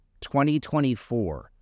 2024